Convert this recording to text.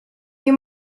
nie